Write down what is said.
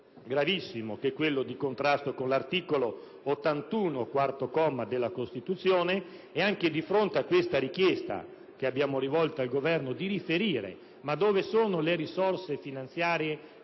gravissimo, che è quello di contrasto con l'articolo 81, quarto comma, della Costituzione. Anche di fronte alla richiesta che abbiamo rivolto al Governo di riferire dove sono le risorse finanziarie